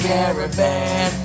Caravan